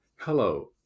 Hello